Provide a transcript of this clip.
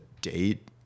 date